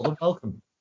welcome